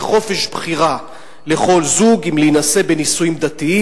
חופש בחירה לכל זוג אם להינשא בנישואים דתיים,